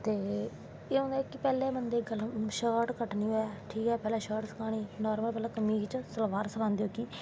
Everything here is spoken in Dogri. ते एह् होंदा ऐ कि पैह्लैं बंदे गी शर्ट कट्टनीं होऐ ठीक ऐ पैह्लैं शर्ट सखांनीं नार्मल पैह्लैं सलवार कमीच सखांदे कि